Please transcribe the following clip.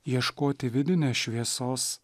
ieškoti vidinės šviesos